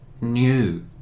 new